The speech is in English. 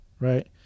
right